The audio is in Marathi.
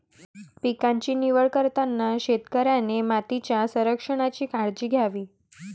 पिकांची निवड करताना शेतकऱ्याने मातीच्या संरक्षणाची काळजी घ्यावी